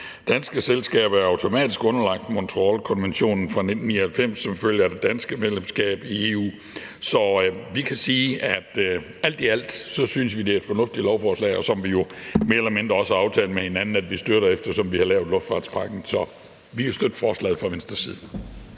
Danske selskaber er jo automatisk underlagt Montrealkonventionen fra 1999 som følge af det danske medlemskab af EU. Så Venstre kan sige, at vi alt i alt synes, at det er et fornuftigt lovforslag, som vi jo også mere eller mindre har aftalt med hinanden at vi støtter, eftersom vi har lavet luftfartspakken. Så vi kan støtte forslaget fra Venstres side.